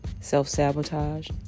self-sabotage